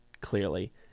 clearly